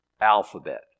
alphabet